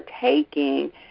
taking